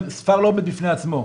ספר לא עומד בפני עצמו.